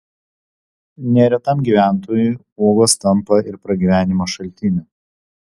neretam gyventojui uogos tampa ir pragyvenimo šaltiniu